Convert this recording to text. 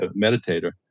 meditator